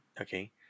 Okay